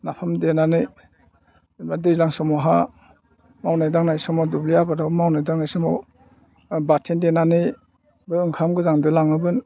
नाफाम देनानै एबा दैज्लां समावहाय मावनाय दांनाय समाव दुब्लि आबादाव मावनाय दांनाय समाव बाथोन देनानैबो ओंखाम गोजांजों लाङोमोन